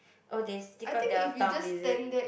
or they stick out their thumb is it